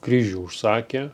kryžių užsakė